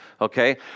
Okay